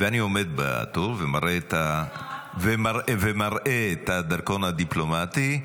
ואני עומד בתור ומראה את הדרכון הדיפלומטי,